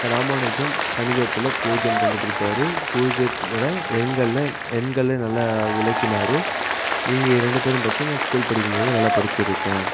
ராமானுஜம் கணிதத்தில் பூஜ்ஜியம் கண்டுபிடித்தார் பூஜ்ஜியத்தோட எண்களில் எண்கள்லேயே நல்லா விளக்கினார் இவங்க இரண்டு பேரும் பற்றியும் நான் ஸ்கூல் படிக்கும்போது நல்லா படித்திருக்கேன்